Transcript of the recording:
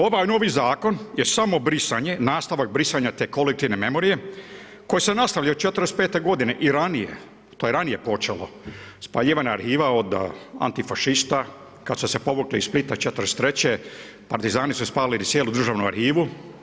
Ovaj novi zakon je samo brisanje, nastavka brisanja te kolektivne memorije, koji se nastavljaju od '45.g. i ranije, to je ranije počelo, spaljivanje arhiva od antifašista, kad su se povukli iz Splita '43. partizani su spalili cijelu državnu arhivu.